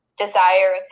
desire